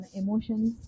emotions